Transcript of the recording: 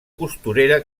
costurera